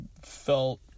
felt